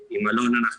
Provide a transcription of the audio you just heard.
עם אלון אנחנו